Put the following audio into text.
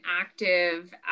active